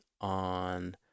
on